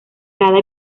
cada